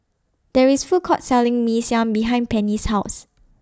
There IS A Food Court Selling Mee Siam behind Penny's House